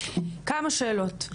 כמה שאלות.